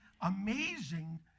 amazing